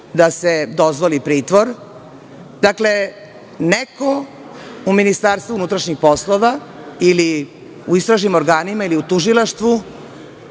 da se dozvoli pritvor. Dakle, neko u Ministarstvu unutrašnjih poslova ili u istražnim organima ili u tužilaštvu